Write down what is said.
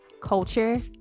culture